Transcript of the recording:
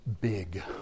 big